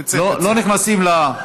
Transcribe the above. בוא, בוא רגע, בוא.